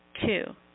Two